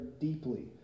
deeply